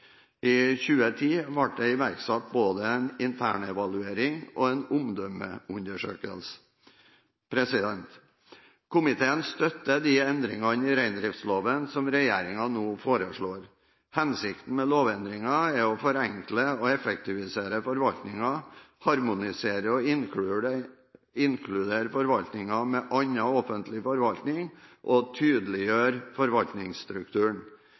I 2010 ble det iverksatt både en internevaluering og en omdømmeundersøkelse. Komiteen støtter de endringer i reindriftsloven som regjeringen nå foreslår. Hensikten med lovendringen er å forenkle og effektivisere forvaltningen, harmonisere og inkludere denne forvaltningen med annen offentlig forvaltning, og å tydeliggjøre forvaltningsstrukturen.